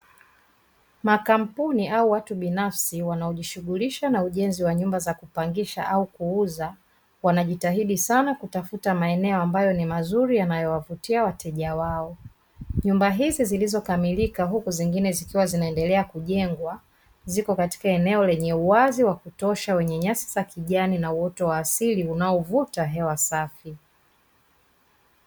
Makampuni au watu binafsi wanaojishughulisha na ujenzi wa nyumba za kupangisha au kuuza, wanajitahidi sana kutafuta maeneo ambayo ni mazuri yanayowavutia wateja wao. Nyumba hizi zilizokamilika huku zingine zikiwa zinaendelea kujengwa. Ziko katika eneo lenye uwazi wa kutosha wenye nyasi za kijani na uoto wa asili unaovuta hewa safi.